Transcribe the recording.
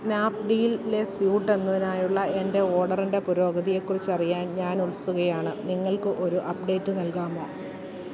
സ്നാപ് ഡീലിലെ സ്യൂട്ട് എന്നതിനായുള്ള എൻ്റെ ഓർഡറിൻ്റെ പുരോഗതിയെക്കുറിച്ചറിയാൻ ഞാൻ ഉത്സുകയാണ് നിങ്ങൾക്ക് ഒരു അപ്ഡേറ്റ് നൽകാമോ